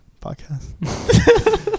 podcast